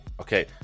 Okay